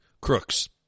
crooks